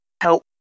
help